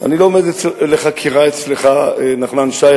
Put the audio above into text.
אני לא עומד לחקירה אצלך, נחמן שי.